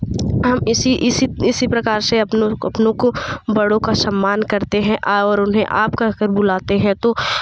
हम इसी इसी इसी प्रकार से अपनों अपनों को बड़ों का सम्मान करते हैं और उन्हें आप कहकर बुलाते हैं तो